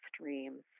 streams